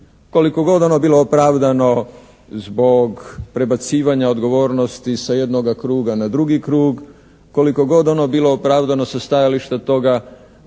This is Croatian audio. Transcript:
Koliko god ono bilo opravdano zbog prebacivanja odgovornosti sa jednoga kruga na drugi krug, koliko god ono bilo opravdano sa stajališta toga